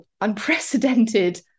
unprecedented